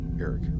eric